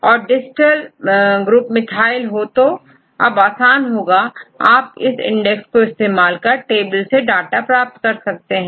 और distal group methyl हो तो अब आसान होगा आप इस इंडेक्स को इस्तेमाल कर टेबल से डाटा प्राप्त कर सकते हैं